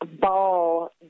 ball